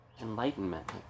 enlightenment